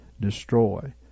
destroy